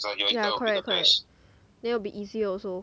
yeah correct correct then will be easier also